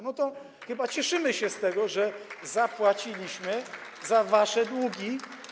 No to chyba cieszymy się z tego, że zapłaciliśmy za wasze długi.